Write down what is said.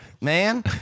Man